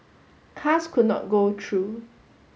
cars could not go through